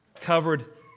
covered